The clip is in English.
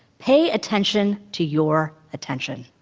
pay attention to your attention.